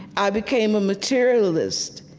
i became a materialist.